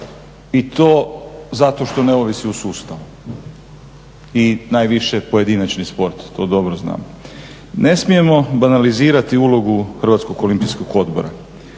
i to zato što ne ovisi o sustavu i najviše pojedinačni sport to dobro znam. Ne smijmo banalizirati ulogu Hrvatskog olimpijskog odbora,